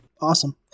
Awesome